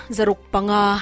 Zarukpanga